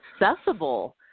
accessible